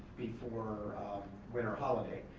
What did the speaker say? before winter holiday.